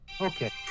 okay